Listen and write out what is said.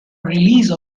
release